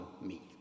meet